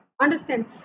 Understand